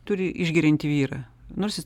turi išgeriantį vyrą nors